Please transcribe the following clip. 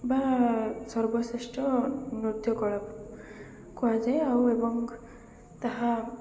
ବା ସର୍ବଶ୍ରେଷ୍ଠ ନୃତ୍ୟ କଳା କୁହାଯାଏ ଆଉ ଏବଂ ତାହା